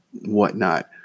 whatnot